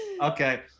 Okay